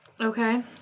okay